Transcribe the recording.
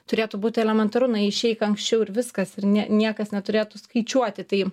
turėtų būti elementaru na išeik anksčiau ir viskas ir nie niekas neturėtų skaičiuoti tai